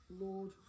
Lord